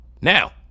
Now